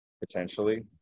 Potentially